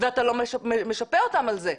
ואתה לא משפה אותם על זה.